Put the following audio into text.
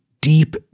deep